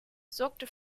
sorgte